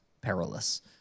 perilous